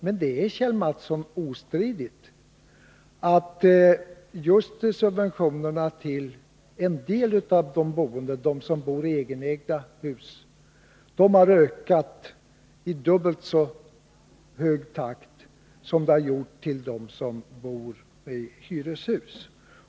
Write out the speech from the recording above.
Det är dock, Kjell Mattsson, ostridigt att subventionerna till en del av de boende, nämligen de som bor i egenägda hus, har ökat i ungefär dubbelt så hög takt som för dem som bor i hyreshus.